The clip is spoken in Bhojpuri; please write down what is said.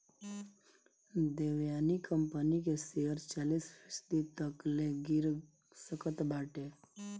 देवयानी कंपनी के शेयर चालीस फीसदी तकले गिर सकत बाटे